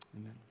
amen